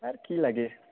R কি লাগে